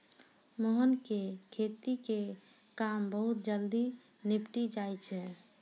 मोहन के खेती के काम बहुत जल्दी निपटी जाय छै